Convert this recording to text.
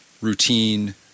routine